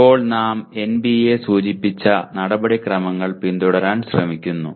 ഇപ്പോൾ നാം NBA സൂചിപ്പിച്ച നടപടിക്രമങ്ങൾ പിന്തുടരാൻ ശ്രമിക്കുന്നു